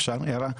אפשר הערה קטנה?